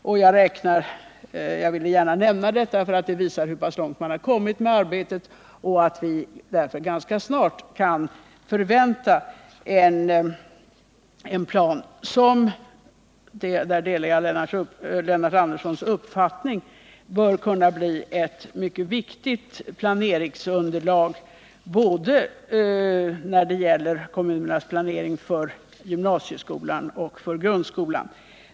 Jag vill gärna säga Nr 44 detta, eftersom det visar hur pass långt man kommit med arbetet och att vi således ganska snart kan förvänta oss en plan som — och i det avseendet delar jag Lennart Anderssons uppfattning — bör kunna bli ett mycket viktigt underlag för kommunernas planering både för gymnasieskolan och för grundskolan.